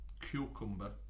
cucumber